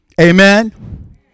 Amen